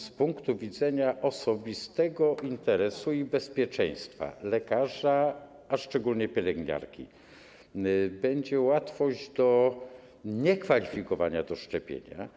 Z punktu widzenia osobistego interesu i bezpieczeństwa lekarza, a szczególnie pielęgniarki, będzie łatwość do niekwalifikowania do szczepienia.